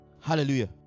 Hallelujah